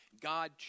God